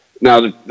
Now